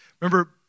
Remember